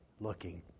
looking